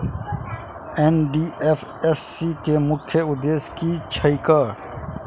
NDFSC केँ मुख्य उद्देश्य की छैक?